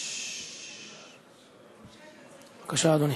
בבקשה, אדוני.